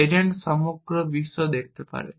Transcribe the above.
agent সমগ্র বিশ্ব দেখতে পারে